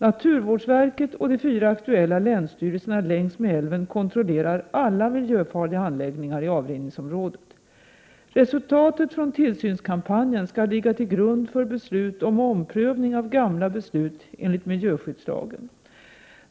Naturvårdsverket och de fyra aktuella länsstyrelserna längs älven kontrollerar alla miljöfarliga anläggningar i avrinningsområdet. Resultatet från tillsynskampanjen skall ligga till grund för beslut om omprövning av gamla beslut enligt miljöskyddslagen.